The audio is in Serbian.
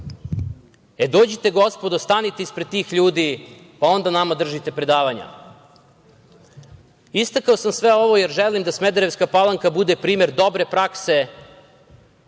Dođite, gospodo, stanite ispred tih ljudi, pa onda nama držite predavanja. Istakao sam sve ovo jer želim da Smederevska Palanka bude primer dobre prakse,